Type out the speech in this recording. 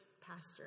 pastor